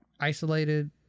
isolated